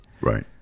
Right